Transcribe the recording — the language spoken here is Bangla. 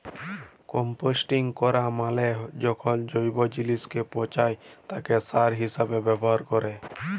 কম্পোস্টিং ক্যরা মালে যখল জৈব জিলিসকে পঁচায় তাকে সার হিসাবে ব্যাভার ক্যরে